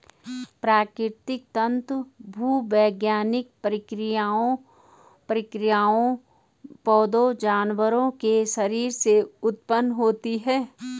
प्राकृतिक तंतु भूवैज्ञानिक प्रक्रियाओं, पौधों, जानवरों के शरीर से उत्पन्न होते हैं